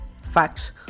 facts